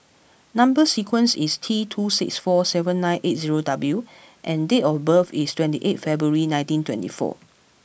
number sequence is T two six four seven nine eight zero W and date of birth is twenty eighth February nineteen twenty four